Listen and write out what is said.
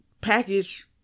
package